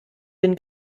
den